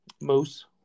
Moose